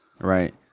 Right